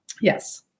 Yes